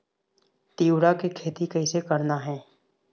तिऊरा के खेती कइसे करना हे?